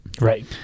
Right